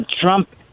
Trump